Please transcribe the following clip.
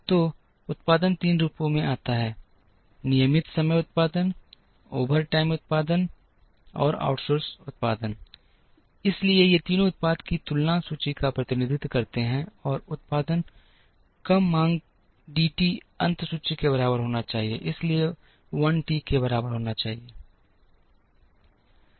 तो उत्पादन 3 रूपों में आता है नियमित समय उत्पादन ओवरटाइम उत्पादन और आउटसोर्स उत्पादन इसलिए ये तीनों उत्पादन की शुरुआत सूची का प्रतिनिधित्व करते हैं और उत्पादन कम मांग डी टी अंत सूची के बराबर होना चाहिए इसलिए I t के बराबर होना चाहिए